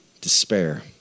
despair